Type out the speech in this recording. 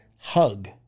hug